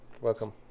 welcome